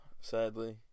sadly